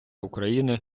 україни